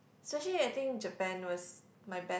especially I think Japan was my be~